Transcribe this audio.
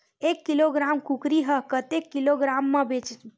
एक किलोग्राम कुकरी ह कतेक किलोग्राम म बेचाथे?